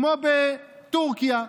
כמו בטורקיה,